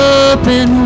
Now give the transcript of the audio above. open